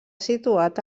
situat